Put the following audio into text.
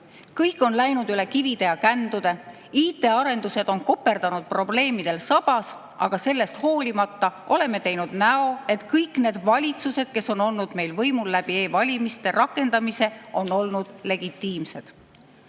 Kõik on läinud üle kivide ja kändude. IT‑arendused on koperdanud probleemidel sabas, aga sellest hoolimata oleme teinud näo, et kõik need valitsused, kes on olnud meil võimul läbi e‑valimiste rakendamise, on olnud legitiimsed. Algusest